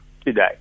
today